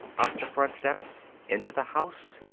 up the front steps. into the house.